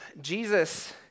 Jesus